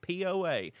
poa